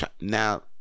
Now